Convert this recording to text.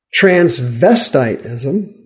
transvestitism